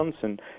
Johnson